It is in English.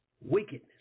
Wickedness